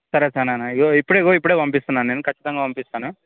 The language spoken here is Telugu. సరే సరే అన్న ఇదిగో ఇప్పుడే ఇదిగో ఇప్పుడే పంపిస్తున్నాను నేను ఖచ్చితంగా పంపిస్తాను